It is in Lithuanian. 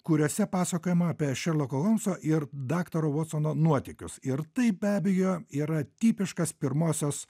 kuriose pasakojama apie šerloko holmso ir daktaro votsono nuotykius ir tai be abejo yra tipiškas pirmosios